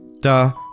duh